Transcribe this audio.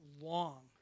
long